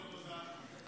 לא תודה.